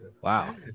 Wow